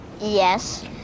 yes